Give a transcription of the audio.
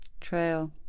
trail